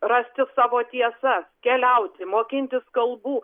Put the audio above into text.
rasti savo tiesas keliauti mokintis kalbų